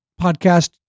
podcast